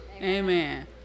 Amen